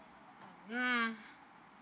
mm